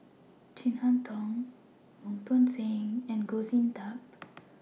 Chin Harn Tong Wong Tuang Seng and Goh Sin Tub